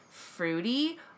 Fruity